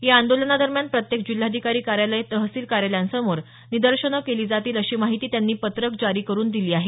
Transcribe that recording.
या आंदोलनादरम्यान प्रत्येक जिल्हाधिकारी कार्यालय तहसील कार्यालयांसमोर निदर्शनं केली जातील अशी माहिती त्यांनी पत्रक जारी करून दिली आहे